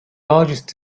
largest